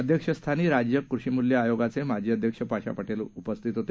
अध्यक्षस्थानी राज्य कृषिमूल्य आयोगाचे माजी अध्यक्ष पाशा पटेल उपस्थित होते